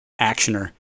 actioner